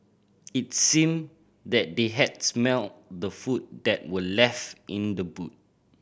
it seemed that they had smelt the food that were left in the boot